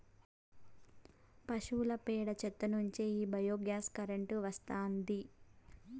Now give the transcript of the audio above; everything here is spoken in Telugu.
పశువుల పేడ చెత్త నుంచే ఈ బయోగ్యాస్ కరెంటు వస్తాండాది